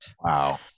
Wow